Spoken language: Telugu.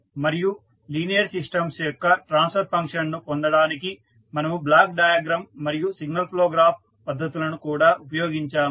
మరియు లీనియర్ సిస్టమ్స్ యొక్క ట్రాన్స్ఫర్ ఫంక్షన్ ను పొందడానికి మనము బ్లాక్ డయాగ్రమ్ మరియు సిగ్నల్ ఫ్లో గ్రాఫ్ పద్ధతులను కూడా ఉపయోగించాము